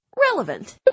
Relevant